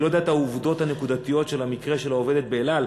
אני לא יודע את העובדות הנקודתיות של מקרה העובדת ב"אל על",